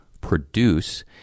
produce